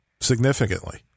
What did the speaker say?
significantly